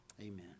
Amen